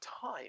time